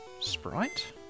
Sprite